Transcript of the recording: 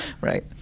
Right